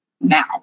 now